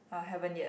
uh haven't yet